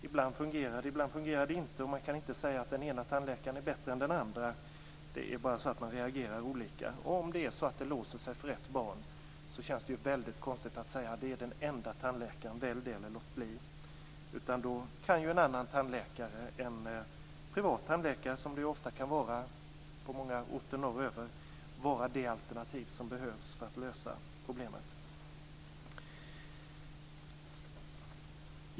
Ibland fungerar det, ibland fungerar det inte, och man kan inte säga att den ena tandläkaren är bättre än den andra. Det är bara så att man reagerar olika. Om det låser sig för ett barn känns det väldigt konstigt att behöva säga: Det här är den enda tandläkaren - välj den eller låt bli! I stället kan en annan tandläkare, t.ex. en privat tandläkare - så är det på många orter norröver - vara det alternativ som behövs för att lösa problemet.